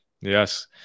Yes